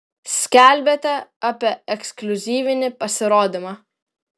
skelbiate apie ekskliuzyvinį pasirodymą